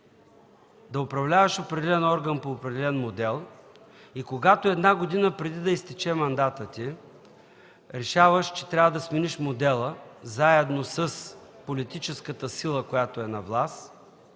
да управляваш определен орган по определен модел и една година преди да изтече мандатът ти, решаваш да смениш модела заедно с политическата сила, която е на власт,